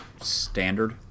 standard